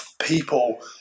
people